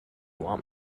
want